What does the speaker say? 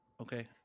Okay